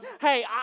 Hey